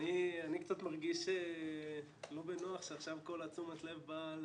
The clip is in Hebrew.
אני קצת מרגיש לא בנוח שעכשיו כל תשומת הלב באה